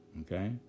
Okay